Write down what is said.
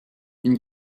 une